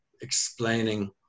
explaining